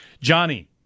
Johnny